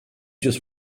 just